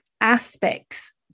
aspects